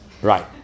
Right